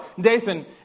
Dathan